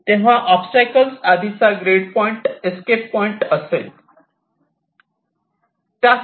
तेव्हा ओबस्टॅकल्स आधीचा grid point escape point असेल